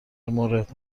مورد